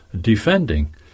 defending